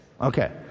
Okay